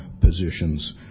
positions